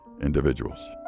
individuals